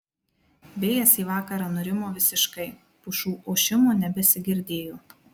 vėjas į vakarą nurimo visiškai pušų ošimo nebesigirdėjo